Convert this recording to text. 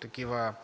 такива